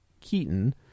Keaton